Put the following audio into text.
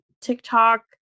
TikTok